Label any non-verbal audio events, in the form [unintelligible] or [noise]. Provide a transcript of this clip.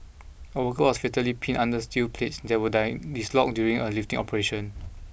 a worker was fatally pinned under steel plates that were [unintelligible] dislodged during a lifting operation